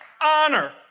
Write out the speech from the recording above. honor